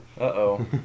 Uh-oh